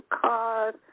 cars